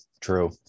True